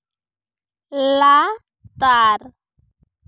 ᱞᱟᱼᱛᱟᱨ